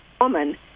woman